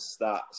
stats